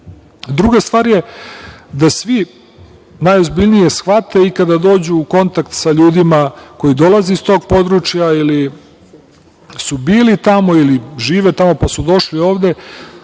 ide. Druga stvar je da svi najozbiljnije shvate i kada dođu u kontakt sa ljudima koji dolaze iz tog područja ili su bili tamo, ili žive tamo, pa su došli ovde,